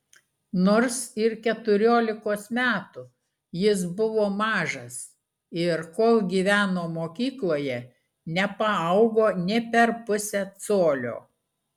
nors ir keturiolikos metų jis buvo mažas ir kol gyveno mokykloje nepaaugo nė per pusę colio